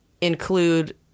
include